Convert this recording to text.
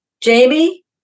Jamie